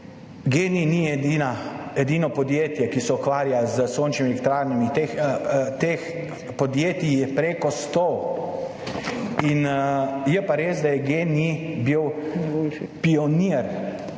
GEN-I ni edino podjetje, ki se ukvarja s sončnimi elektrarnami. Teh podjetij je prek 100. Je pa res, da je bil GEN-I pionir